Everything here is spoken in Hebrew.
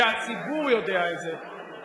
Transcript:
שהציבור יודע את זה.